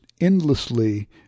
endlessly